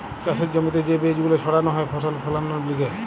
চাষের জমিতে যে বীজ গুলো ছাড়ানো হয় ফসল ফোলানোর লিগে